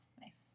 Nice